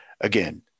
again